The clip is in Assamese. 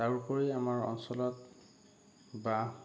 তাৰোপৰি আমাৰ অঞ্চলত বাঁহ